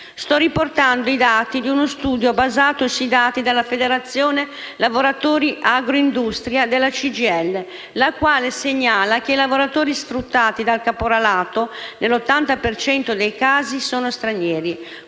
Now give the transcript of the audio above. Sto riportando quanto asserito in uno studio basato sui dati della Federazione lavoratori agroindustria della CGIL, la quale segnala che i lavoratori sfruttati dal caporalato, nell'80 per cento dei casi sono stranieri,